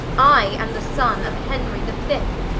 i am the sonne of henry the fift,